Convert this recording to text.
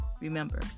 Remember